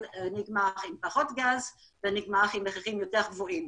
נגמר עם פחות גז ועם מחירים יותר גבוהים.